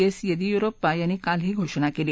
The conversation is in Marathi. एस येदीयुरुप्पा यांनी काल ही घोषणा केली